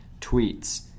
tweets